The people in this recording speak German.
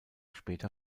später